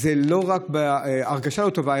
זו לא רק הרגשה לא טובה,